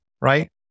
right